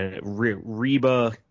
Reba